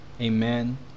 Amen